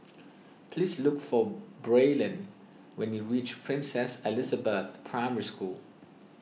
please look for Braylen when you reach Princess Elizabeth Primary School